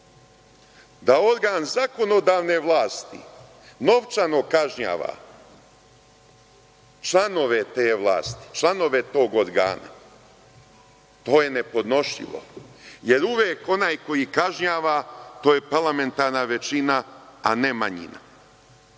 organ zakonodavne vlasti novčano kažnjava članove te vlasti, članove tog organa, to je nepodnošljivo, jer uvek onaj koji kažnjava, to je parlamentarna većina – a, Nemanjina,